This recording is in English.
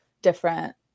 different